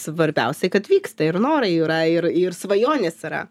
svarbiausiai kad vyksta ir norai yra ir ir svajonės yra